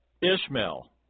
Ishmael